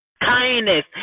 kindness